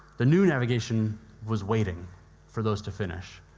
the new navigation was waiting for those to finish.